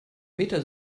meta